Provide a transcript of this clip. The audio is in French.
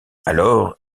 alors